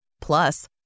Plus